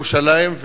בירושלים,